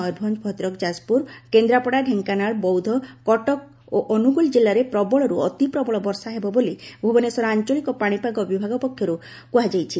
ମୟରଭଞ୍ଞଭଦ୍ରକ ଯାଜପୁର କେନ୍ଦ୍ରାପଡ଼ା ଢେଙ୍କାନାଳ ବୌଦ୍ଧ କଟକ ଓ ଅନୁଗୁଳ ଜିଲ୍ଲାରେ ପ୍ରବଳରୁ ଅତି ପ୍ରବଳ ବର୍ଷା ହେବ ବୋଲି ଭୁବନେଶ୍ୱର ଆଞ୍ଚଳିକ ପାଶିପାଗ ବିଭାଗ ପକ୍ଷରୁ କୁହାଯାଇଛି